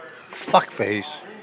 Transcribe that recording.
fuckface